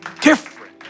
Different